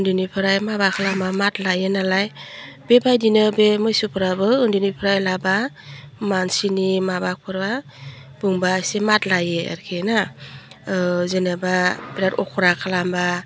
उन्दैनिफ्राय माबा खालामो माद लायो नालाय बेबायदिनो बे मैसोफ्राबो ओन्दैनिफ्राय लाबा मानसिनि माबाफोरा बुंबा एसे माद लायो आरोखिना जेनेबा बिराद अख्रा खालामबा